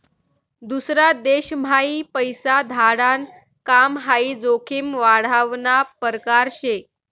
दूसरा देशम्हाई पैसा धाडाण काम हाई जोखीम वाढावना परकार शे